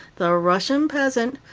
the russian peasant,